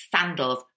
sandals